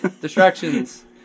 Distractions